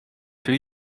too